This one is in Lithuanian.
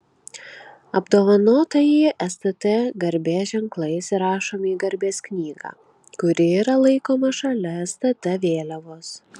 apdovanotieji stt garbės ženklais įrašomi į garbės knygą kuri yra laikoma šalia stt vėliavos